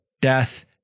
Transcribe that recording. death